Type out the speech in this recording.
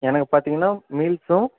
எனக்கு பார்த்தீங்கன்னா மீல்ஸும்